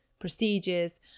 procedures